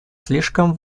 слишком